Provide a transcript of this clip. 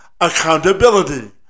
accountability